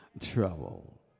trouble